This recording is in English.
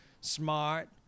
smart